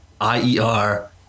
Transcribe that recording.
I-E-R